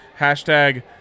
Hashtag